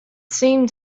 seemed